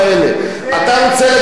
בשביל זה הקימו את ועדת-גולדברג.